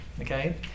okay